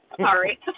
Sorry